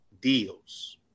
deals